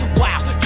wow